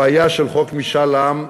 הבעיה של חוק משאל עם,